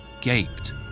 gaped